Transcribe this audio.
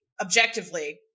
objectively